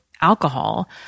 alcohol